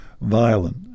violent